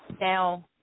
Now